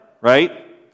right